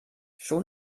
schon